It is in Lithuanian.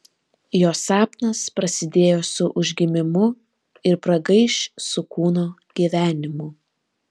jo sapnas prasidėjo su užgimimu ir pragaiš su kūno gyvenimu